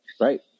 Right